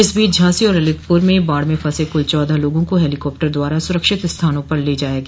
इस बीच झांसी और ललितपुर में बाढ़ में फसे कुल चौदह लोगों को हेलीकाप्टर द्वारा सुरक्षित स्थान पर ले जाया गया